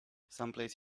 someplace